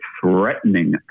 threatening